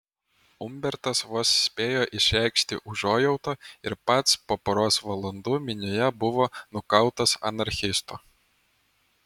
umbertas vos spėjo išreikšti užuojautą ir pats po poros valandų minioje buvo nukautas anarchisto